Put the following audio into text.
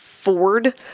Ford